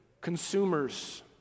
consumers